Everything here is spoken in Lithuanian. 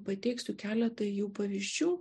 pateiksiu keletą jų pavyzdžių